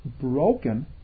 broken